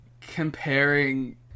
comparing